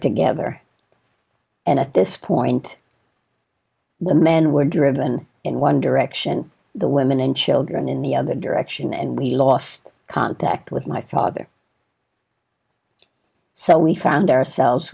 together and at this point the men were driven in one direction the women and children in the other direction and we lost contact with my father so we found ourselves